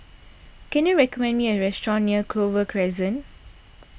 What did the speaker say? can you recommend me a restaurant near Clover Crescent